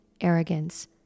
arrogance